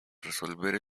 resolver